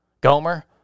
Gomer